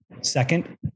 second